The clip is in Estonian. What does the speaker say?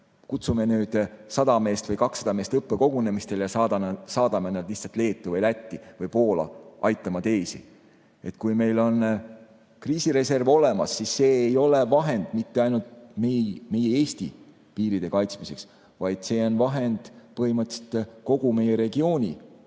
kutsume nüüd 100 meest või 200 meest õppekogunemistele ja saadame nad lihtsalt Leetu või Lätti või Poola teisi aitama. Kui meil on kriisireserv olemas, siis see ei ole vahend mitte ainult meie Eesti piiri kaitsmiseks, vaid see on vahend põhimõtteliselt kogu meie regiooni,